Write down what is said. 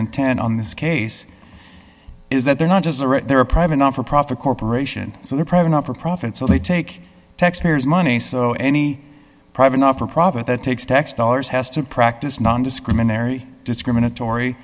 intent on this case is that they're not just the right there are private not for profit corporation so they're probably not for profit so they take taxpayers money so any private not for profit that takes tax dollars has to practice nondiscriminatory discriminatory